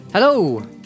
Hello